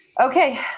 okay